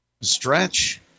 Stretch